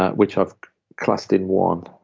ah which i've classed in one.